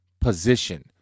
position